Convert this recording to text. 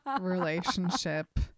relationship